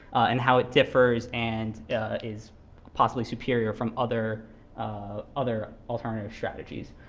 and how it differs and is possibly superior from other ah other alternative strategies.